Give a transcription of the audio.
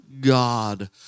God